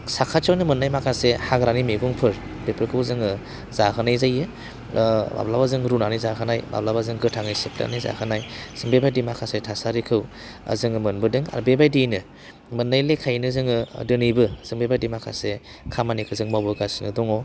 साखाथियावनो मोननाय माखासे हाग्रानि मैगंफोर बेफोरखौ जोङो जाहोनाय जायो माब्लाबा जों रुनानै जाहोनाय माब्लाबा जों गोथाङै सेबनानै जाहोनाय बेबायदि माखासे थासारिखौ जोङो मोनबोदों आरो बेबायदियैनो मोननाय लेखायैनो जोङो दिनैबो जों बेबायदि माखासे खामानिखौ जों मावबोगासिनो दङ